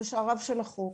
בשעריו של החוק,